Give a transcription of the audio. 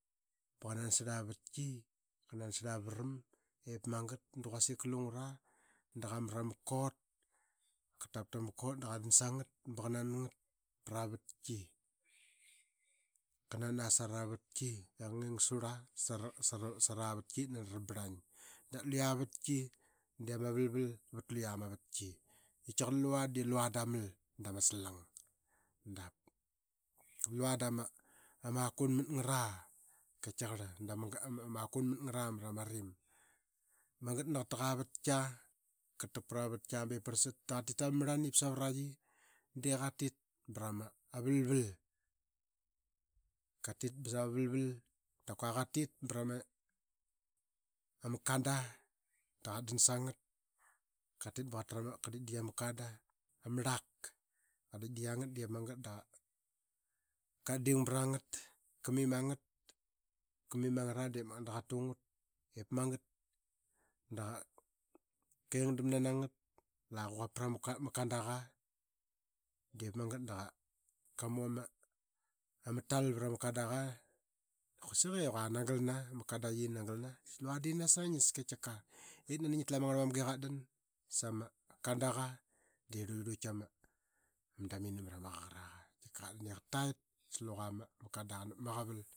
Ba qa nan sarl ama vastki. Ka nan sarl ama varam ip magat da quasik lungura da qa mralma kot. Ka tap tama kot da qadan sangat ba qa nangat prama vatki. K nan aa sarama vatki dap kua qa nging surl sara vastki ip nani ra barlang. Da luya ma vatki de ama valvet. D ap lua da ma kunmat ngara mra ma rim. Magat nani qataqa vatki, ka tak oprama vatki ba ip pasrsat da qa tit tama marlan ip savra qi de qatit ba ra ma valval. Katit ba ra m. a valval da kua qatit ba ra ma ama kanda da katdan snagat katit ba qatra ma ka dikdik ama kanda ama arlak ka dik dik angat de magat da katding bra ngat ka mimangat ka mimangara diip magat da ka tungat ka inging damnana ngat la qaquap pram kanda qa. Diip magat da qa mu ama tal vra ma kandaqa i quasik i qua lua nagalna, lua de nasaingias katika. Ip nani ngi tlu ama ngarlanamga i qatolan sama kanda qa de rluirluitkiama dam ini mra ma qaraqa. Tika qatdan i gat tait sa luqa ma kanda qa nap ma gaval